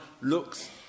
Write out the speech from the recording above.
looks